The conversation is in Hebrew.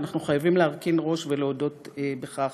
ואנחנו חייבים להרכין ראש ולהודות בכך.